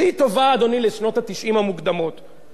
גם את סתימת הפיות הזאת עשתה ממשלת הליכוד